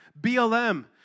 BLM